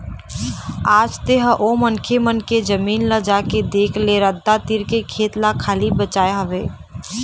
आज तेंहा ओ मनखे मन के जमीन ल जाके देख ले रद्दा तीर के खेत ल खाली बचाय हवय